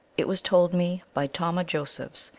it was told me by tomah josephs,